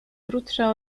krótsze